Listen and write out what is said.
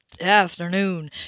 Afternoon